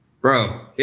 Bro